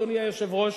אדוני היושב-ראש,